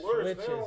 switches